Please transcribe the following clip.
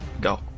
Go